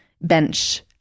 bench